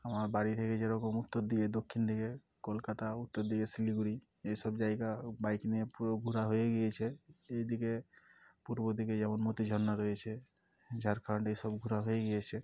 আমার বাড়ি থেকে যেরকম উত্তর দিকে দক্ষিণ দিকে কলকাতা উত্তর দিকে শিলিগুড়ি এই সব জায়গা বাইক নিয়ে পুরো ঘোরা হয়ে গিয়েছে এদিকে পূর্ব দিকে যেমন মতিঝর্ণা রয়েছে ঝাড়খণ্ড এই সব ঘোরা হয়ে গিয়েছে